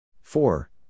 four